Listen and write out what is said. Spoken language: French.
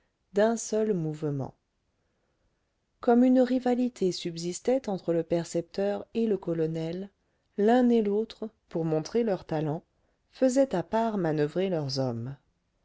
d'un seul mouvement comme une rivalité subsistait entre le percepteur et le colonel l'un et l'autre pour montrer leurs talents faisaient à part manoeuvrer leurs hommes